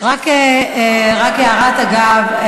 רק הערת אגב,